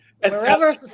wherever